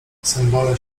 symbole